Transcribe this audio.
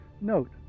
Note